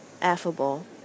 affable